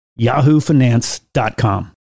yahoofinance.com